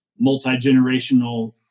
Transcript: multi-generational